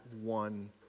one